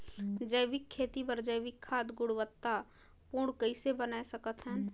जैविक खेती बर जैविक खाद गुणवत्ता पूर्ण कइसे बनाय सकत हैं?